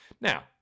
Now